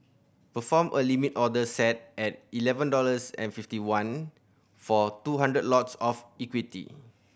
perform a Limit order set at eleven dollars and fifty one for two hundred lots of equity